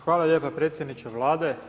Hvala lijepa predsjedniče Vlade.